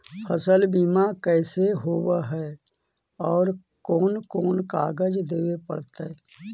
फसल बिमा कैसे होब है और कोन कोन कागज देबे पड़तै है?